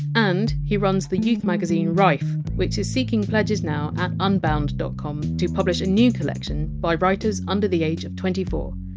and he runs the youth magazine rife, which is seeking pledges now at unbound dot com to publish a new collection by writers under the age of twenty four.